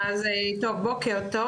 אז טוב, בוקר טוב